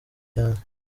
cyane